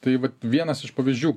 tai vat vienas iš pavyzdžių